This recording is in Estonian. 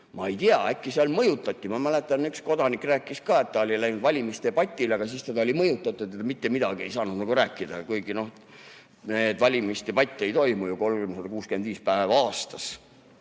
Ma ei tea, äkki seal mõjutati. Ma mäletan, üks kodanik rääkis ka, et ta oli läinud valimisdebatile, aga siis teda oli mõjutatud ja ta mitte midagi ei saanud rääkida. Kuigi valimisdebatt ei toimu ju 365 päeva aastas.